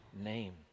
name